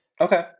okay